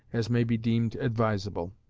as may be deemed advisable.